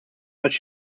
but